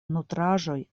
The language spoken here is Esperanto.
nutraĵoj